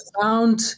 found